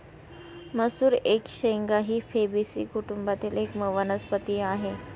मसूर एक शेंगा ही फेबेसी कुटुंबातील एक वनस्पती आहे